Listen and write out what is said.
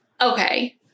okay